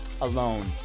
alone